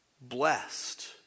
Blessed